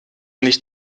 nicht